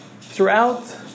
throughout